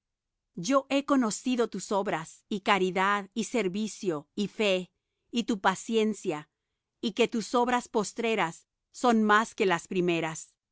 yo he conocido tus obras y caridad y servicio y fe y tu paciencia y que tus obras postreras son más que las primeras